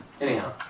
Anyhow